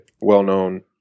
well-known